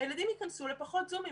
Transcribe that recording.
הילדים ייכנסו לפחות זומים,